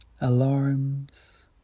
Alarms